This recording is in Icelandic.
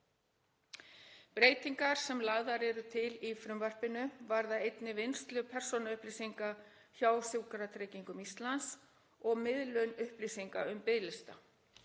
Breytingar sem lagðar eru til í frumvarpinu varða einnig vinnslu persónuupplýsinga hjá Sjúkratryggingum Íslands og miðlun upplýsinga um biðlista.